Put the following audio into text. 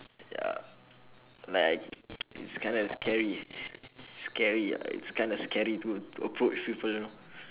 ya like I it's kind of scary scary ah it's kind of scary to to approach people you know